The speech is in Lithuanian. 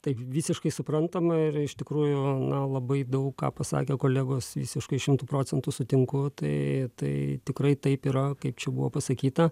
taip visiškai suprantama ir iš tikrųjų na labai daug ką pasakė kolegos visiškai šimtu procentų sutinku tai tai tikrai taip yra kaip čia buvo pasakyta